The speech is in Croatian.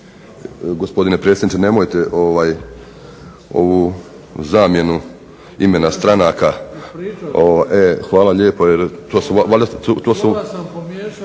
Gospodine predsjedniče, nemojte ovu zamjenu imena stranaka… … /Upadica